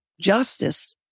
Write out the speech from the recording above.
justice